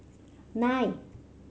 nine